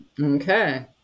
Okay